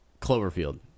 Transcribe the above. Cloverfield